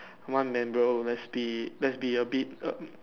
come on man bro let's be let's be a bit um